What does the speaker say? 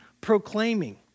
proclaiming